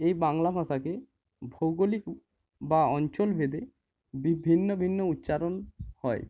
এই বাংলা ভাষাকে ভৌগলিক বা অঞ্চলভেদে বিভিন্ন ভিন্ন উচ্চারণ হয়